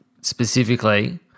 specifically